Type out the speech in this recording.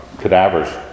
cadavers